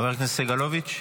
חבר הכנסת סגלוביץ'.